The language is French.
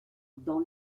dans